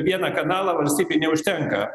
vieną kanalą valstybei neužtenka